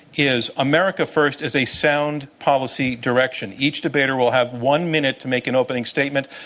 is, america first is a sound policy direction. each debater will have one minute to make an opening statement.